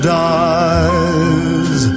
dies